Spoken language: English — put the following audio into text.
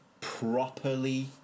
properly